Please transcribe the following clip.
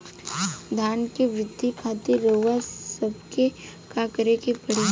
धान क वृद्धि खातिर रउआ सबके का करे के पड़ी?